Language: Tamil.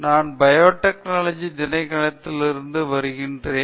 நான் பயோடெக்னாலஜி திணைக்களத்திலிருந்து வருகிறேன்